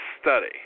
study